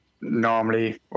normally